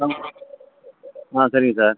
ஆ சரிங்க சார்